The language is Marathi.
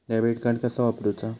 डेबिट कार्ड कसा वापरुचा?